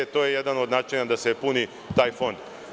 To je jedan od načina da se puni taj fond.